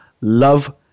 love